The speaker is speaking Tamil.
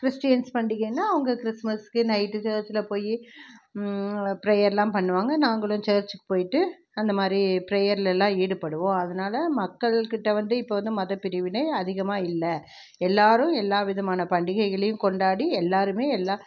கிறிஸ்டியன்ஸ் பண்டிகைனா அவங்க கிறிஸ்மஸுக்கு நைட்டு சர்ச்சில் போய் நல்லா ப்ரேயர்லாம் பண்ணுவாங்க நாங்களும் சர்ச்சுக்கு போய்ட்டு அந்த மாதிரி ப்ரேயர்லலாம் ஈடுபடுவோம் அதனால மக்கள் கிட்டே வந்து இப்போ வந்து மதப்பிரிவினை அதிகமாக இல்லை எல்லோரும் எல்லா விதமான பண்டிகைகளையும் கொண்டாடி எல்லோருமே எல்லா